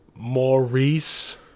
Maurice